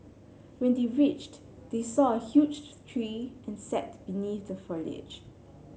when they reached they saw a huge tree and sat beneath the foliage